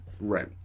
Right